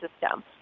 system